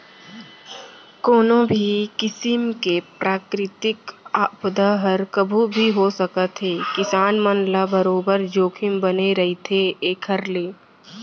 कोनो भी किसिम के प्राकृतिक आपदा हर कभू भी हो सकत हे किसान मन ल बरोबर जोखिम बने रहिथे एखर ले